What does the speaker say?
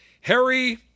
Harry